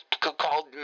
called